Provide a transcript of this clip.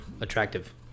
Attractive